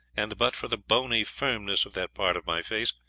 and but for the bony firmness of that part of my face,